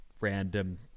random